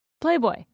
Playboy